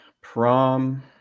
Prom